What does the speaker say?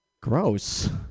Gross